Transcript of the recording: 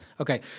Okay